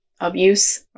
abuse